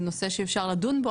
זה נושא שאפשר לדון בו,